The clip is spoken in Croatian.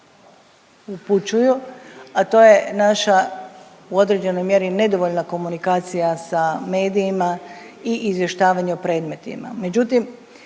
upućuju, a to je naša, u određenoj mjeri nedovoljna komunikacija sa medijima i izvještavanje o predmetima.